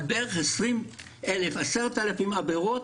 על בערך 10,000 - 20,000 עבירות,